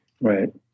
right